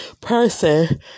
person